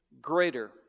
greater